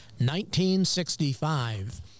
1965